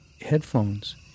headphones